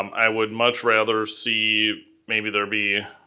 um i would much rather see maybe there be,